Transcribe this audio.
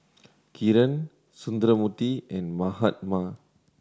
Kiran Sundramoorthy and Mahatma